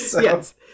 yes